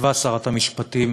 כתבה שרת המשפטים